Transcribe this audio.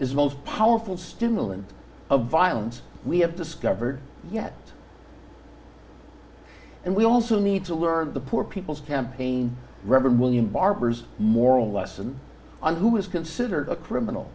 is most powerful stimulant of violence we have discovered yet and we also need to learn the poor people's campaign reverend william barber's moral lesson on who is considered a criminal